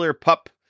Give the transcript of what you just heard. pup